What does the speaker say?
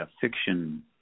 fiction